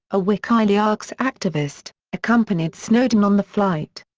a wikileaks activist, accompanied snowden on the flight.